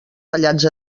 tallats